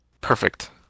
perfect